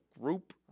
group